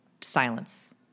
silence